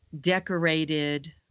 decorated